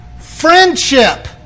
Friendship